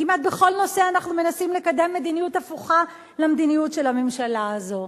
כמעט בכל נושא אנחנו מנסים לקדם מדיניות הפוכה למדיניות של הממשלה הזאת.